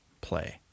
play